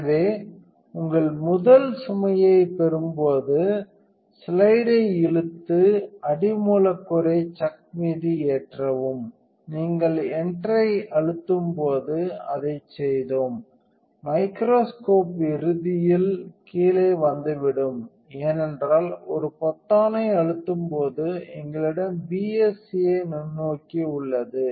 எனவே உங்கள் முதல் சுமையைப் பெறும்போது ஸ்லைடை இழுத்து அடி மூலக்கூறை சக் மீது ஏற்றவும் நீங்கள் என்டெர் ஐ அழுத்தும்போது அதைச் செய்தோம் மைக்ரோஸ்கோப் இறுதியில் கீழே வந்துவிடும் ஏனென்றால் ஒரு பொத்தானை அணைக்கும்போது எங்களிடம் BSA நுண்ணோக்கி உள்ளது